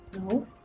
No